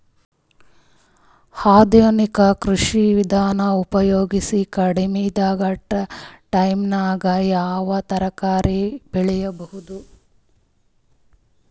ಆಧುನಿಕ ಕೃಷಿ ವಿಧಾನ ಉಪಯೋಗಿಸಿ ಕಡಿಮ ಟೈಮನಾಗ ಯಾವ ತರಕಾರಿ ಬೆಳಿಬಹುದು?